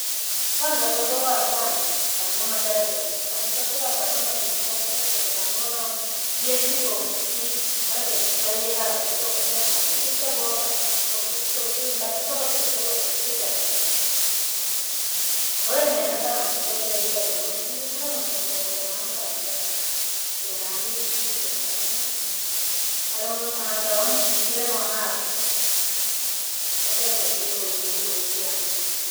Kwanza vyabowa sana, kanuna kira kintu vandu vasee akanuna kintu cha kukira kintu kanuna, mpyejirifoo mfukwi, kila kintu chariha kabisa ukachona iki chabowa ba- buki koki bakikava kilijolikwa kifikiravi. kwahiyo nenda sana maisha yarijaila noojio kira muntu mulingu vyene nampangira, venarishi vyenare, arimu hanta umuvikira nohaho, kulitegemea jubweji ubweji amna.